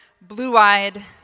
blue-eyed